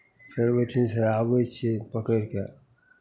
फेर ओहिठिनसँ आबै छियै पकड़ि कऽ